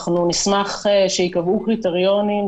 אנחנו נשמח שייקבעו קריטריונים,